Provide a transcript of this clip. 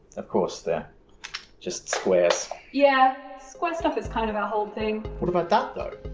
of course, they're just squares. yeah, square stuff is kind of our whole thing. what about that though?